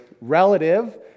relative